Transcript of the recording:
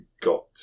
got